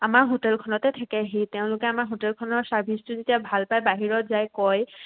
আমাৰ হোটেলখনতে থাকেহি তেওঁলোকে আমাৰ হোটেলখনৰ চাৰ্ভিচটো যেতিয়া ভাল পায় বাহিৰত যায় কয়